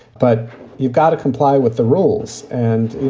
but you've got to comply with the rules. and, you